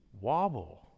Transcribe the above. wobble